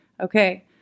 Okay